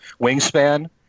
Wingspan